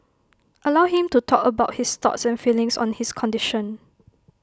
allow him to talk about his thoughts and feelings on his condition